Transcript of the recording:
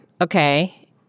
Okay